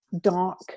dark